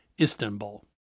Istanbul